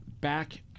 back